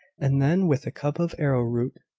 and then with a cup of arrowroot.